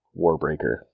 Warbreaker